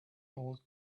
old